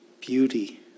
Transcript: beauty